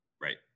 Right